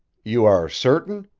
you are certain?